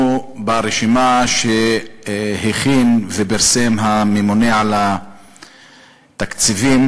ברשימה שהכין ופרסם הממונה על התקציבים.